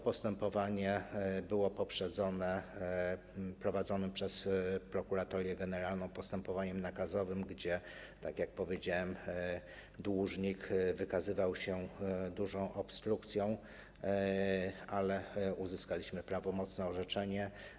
Postępowanie to było poprzedzone prowadzonym przez Prokuratorię Generalną postępowaniem nakazowym, gdzie - tak jak wspomniałem - dłużnik wykazywał się dużą obstrukcją, ale uzyskaliśmy prawomocne orzeczenie.